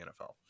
NFL